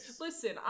listen